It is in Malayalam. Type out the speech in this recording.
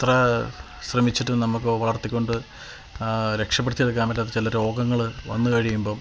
എത്ര ശ്രമിച്ചിട്ടും നമുക്ക് വളര്ത്തിക്കൊണ്ട് രക്ഷപ്പെടുത്തിയെടുക്കാന് പറ്റാത്ത ചില രോഗങ്ങൾ വന്ന് കഴിയുമ്പം